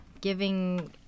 giving